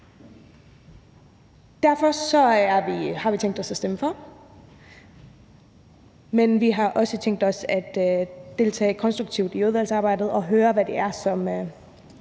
Derfor har vi tænkt os at stemme for, men vi har også tænkt os at deltage konstruktivt i udvalgsarbejdet og høre, hvad det er,